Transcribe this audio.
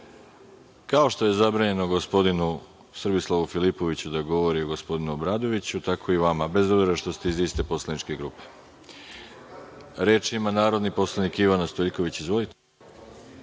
Kao što je zabranjeno gospodinu Srbislavu Filipoviću da govori o gospodinu Obradoviću, tako je i vama, bez obzira što ste iz iste poslaničke grupe. Reč ima narodni poslanik Ivana Stojiljković.